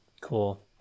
cool